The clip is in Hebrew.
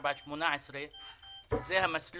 4.18. זה המסלול